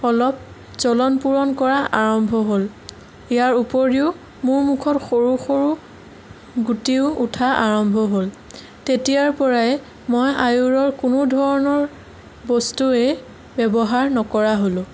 অলপ জ্বলন পোৰণ কৰা আৰম্ভ হ'ল ইয়াৰ উপৰিও মোৰ মুখত সৰু সৰু গুটিও উঠা আৰম্ভ হ'ল তেতিয়াৰ পৰাই মই আয়ুৰৰ কোনো ধৰণৰ বস্তুৱে ব্যৱহাৰ নকৰা হ'লোঁ